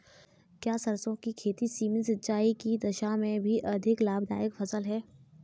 क्या सरसों की खेती सीमित सिंचाई की दशा में भी अधिक लाभदायक फसल है?